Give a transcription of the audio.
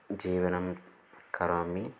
जीवनं करोमि